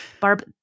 Barb